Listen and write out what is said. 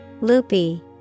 Loopy